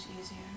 easier